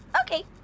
Okay